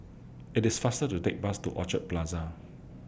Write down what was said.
IT IS faster to Take Bus to Orchard Plaza